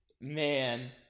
Man